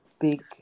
big